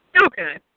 Okay